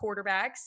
quarterbacks